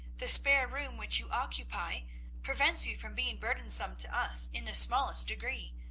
the spare room which you occupy prevents you from being burdensome to us in the smallest degree,